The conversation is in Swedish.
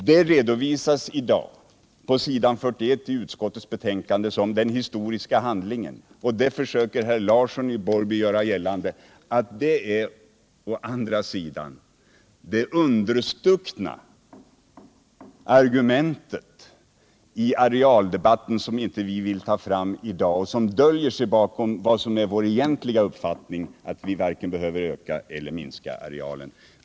Det redovisas i dag på s. 41 i utskottets betänkande som den historiska handlingen, och då försöker herr Larsson i Borrby göra gällande att det är det understuckna argument i arealdebatten som vi inte vill ta fram i dag och som skulle dölja sig bakom vad som är vår egentliga uppfattning, att man inte behöver vare sig öka eller minska arealen.